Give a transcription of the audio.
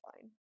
fine